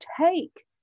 take